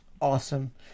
Awesome